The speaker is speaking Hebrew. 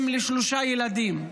אם לשלושה ילדים.